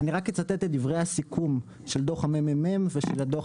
אני רק אצטט את דיברי הסיכום של דוח ה-מ.מ.מ ושל הדוח